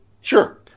Sure